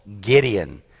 Gideon